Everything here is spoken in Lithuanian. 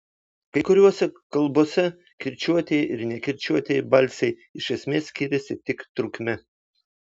kai kuriose kalbose kirčiuotieji ir nekirčiuotieji balsiai iš esmės skiriasi tik trukme